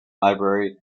library